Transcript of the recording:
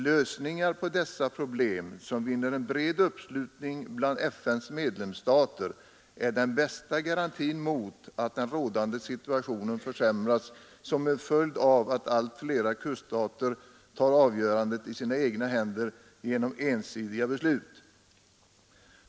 Lösningar på dessa problem som vinner en bred uppslutning bland FN:s medlemsstater är den bästa garantin mot att den rådande situationen försämras som följd av att allt flera kuststater tar avgörandet i sina egna händer genom ensidiga beslut.